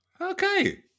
Okay